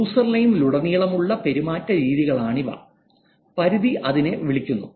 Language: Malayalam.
യൂസർനെയിം ലുടനീളമുള്ള പെരുമാറ്റ രീതികളായി പരിധി അതിനെ വിളിക്കുന്നു